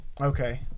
Okay